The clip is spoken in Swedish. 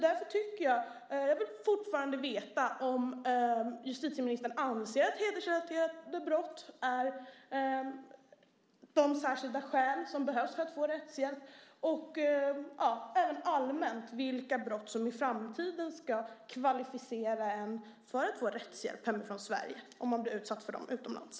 Därför vill jag fortfarande veta om justitieministern anser att hedersrelaterade brott är sådana särskilda skäl som behövs för att få rättshjälp och även allmänt vilka brott som i framtiden ska kvalificera en för att man ska få rättshjälp hemifrån Sverige om man blir utsatt för dem utomlands.